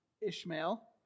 Ishmael